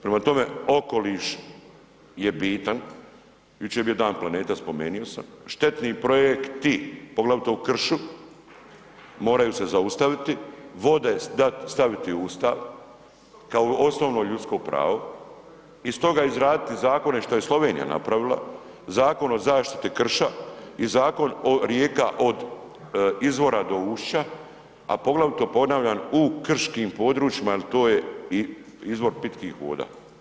Prema tome, okoliš je bitan, jučer je bio Dan planeta spomenio sam, štetni projekti poglavito u kršu moraju se zaustaviti, vode staviti u Ustav kao osnovno ljudsko pravo iz toga izraditi zakone što je Slovenija napravila, Zakon o zaštiti krša i Zakon o rijeka od izvora do ušća, a poglavito ponavljam u krškim područjima jer to je i izvor pitkih voda.